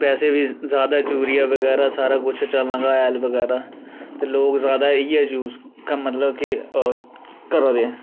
बैसे बी ज्यादा यूरिया बगैरा सारा कुछ चलन लगी पेआ हैल बगेरा ते लोक ज्यादा इ'यै यूज करदे जेह्का मतलब के घरा दे